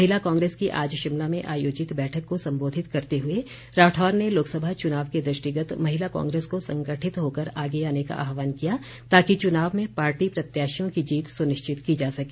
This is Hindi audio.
महिला कांग्रेस की आज शिमला में आयोजित बैठक को संबोधित करते हुए राठौर ने लोकसभा चुनाव के दृष्टिगत महिला कांग्रेस को संगठित होकर आगे आने का आहवान किया ताकि चुनाव में पार्टी प्रत्याशियों की जीत सुनिश्चित की जा सके